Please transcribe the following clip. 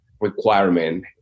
requirement